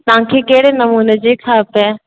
तव्हांखे कहिड़े नमूने जी खपे